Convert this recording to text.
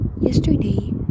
yesterday